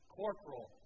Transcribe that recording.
corporal